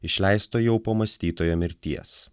išleisto jau po mąstytojo mirties